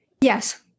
Yes